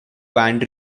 band